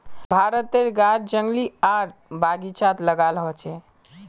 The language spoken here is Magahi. भारतेर गाछ जंगली आर बगिचात लगाल होचे